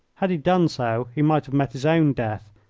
had he done so he might have met his own death,